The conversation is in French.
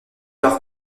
par